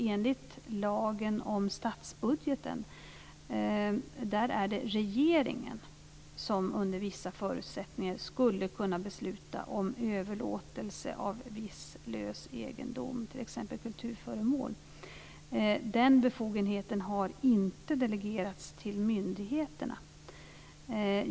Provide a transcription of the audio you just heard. Enligt lagen om statsbudgeten är det regeringen som under vissa förutsättningar skulle kunna besluta om överlåtelse av viss lös egendom, t.ex. kulturföremål. Den befogenheten har inte delegerats till myndigheterna.